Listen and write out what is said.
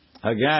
again